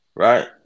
Right